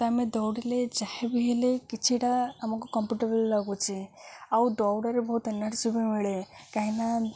ତ ଆମେ ଦୌଡ଼ିଲେ ଯାହାବି ହେଲେ କିଛିଟା ଆମକୁ କମ୍ଫର୍ଟେବୁଲ୍ ଲାଗୁଚି ଆଉ ଦୌଡ଼ରେ ବହୁତ ଏନର୍ଜି ବି ମିଳେ କାହିଁକିନା